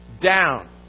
down